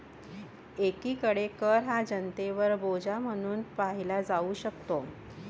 एकीकडे कर हा जनतेवर बोजा म्हणून पाहिला जाऊ शकतो